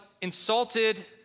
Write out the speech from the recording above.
insulted